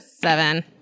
Seven